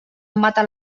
mata